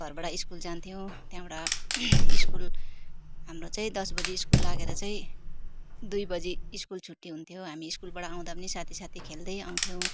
घरबाट स्कुल जान्थ्यौँ त्यहाँबाट स्कुल हाम्रो चाहिँ दस बजी स्कुल लागेर चाहिँ दुई बजी स्कुल छुट्टी हुन्थ्यो हामी स्कुलबाट आउँदा पनि साथी साथी खेल्दै आउँथ्यौँ